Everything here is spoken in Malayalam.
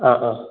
ആ ആ